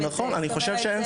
זאת אומרת,